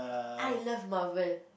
I love marvel